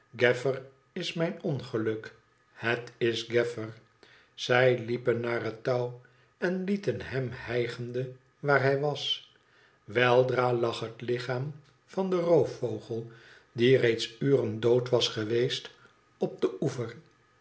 is mijn ongeluk het is gaffer zij liepen naar het touw en lieten hem hijgende waar hij was weldra lag het lichaam van den roofvogel die reeds uren dood was geweest op den oever